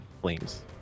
flames